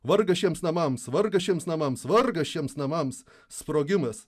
vargas šiems namams vargas šiems namams vargas šiems namams sprogimas